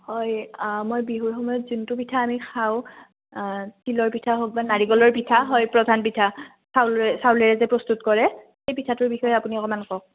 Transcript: হয় মই বিহুৰ সময়ত যোনটো পিঠা আমি খাওঁ তিলৰ পিঠা হওক বা নাৰিকলৰ পিঠা হয় প্ৰধান পিঠা চাউলেৰে চাউলেৰে যে প্ৰস্তুত কৰে সেই পিঠাটোৰ বিষয়ে আপুনি অকণমান কওক